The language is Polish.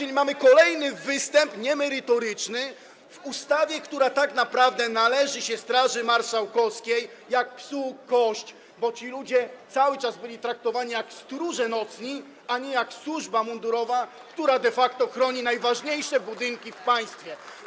A więc mamy kolejny niemerytoryczny występ w ustawie, która tak naprawdę należy się Straży Marszałkowskiej jak psu kość, bo ci ludzie cały czas byli traktowani jak stróże nocni, a nie jak służba mundurowa, która de facto chroni najważniejsze budynki w państwie.